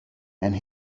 and